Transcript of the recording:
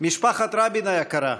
משפחת רבין היקרה,